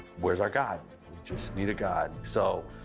where's our god? we just need a god. so,